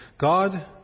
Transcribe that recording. God